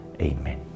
Amen